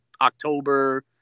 October